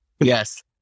Yes